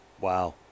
Wow